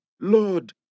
Lord